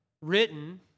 written